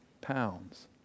pounds